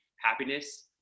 happiness